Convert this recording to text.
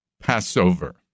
Passover